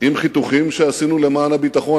עם חיתוכים שעשינו למען הביטחון,